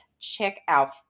checkout